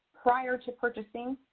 prior to purchasing,